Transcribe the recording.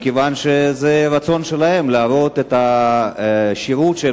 כי הרצון שלהן הוא להראות את השירות שהן